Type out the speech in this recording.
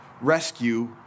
rescue